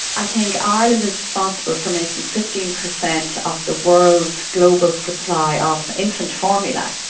i think ireland is responsible for making fifteen percent of the world's global supply ah of infant formula,